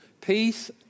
peace